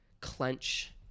clench